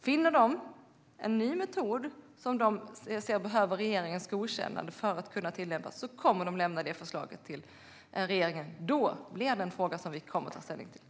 Finner de en ny metod som de ser behöver regeringens godkännande för att kunna tillämpas kommer de att lämna över ett sådant förslag till regeringen. Då blir det en fråga som vi kommer att ta ställning till.